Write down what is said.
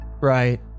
Right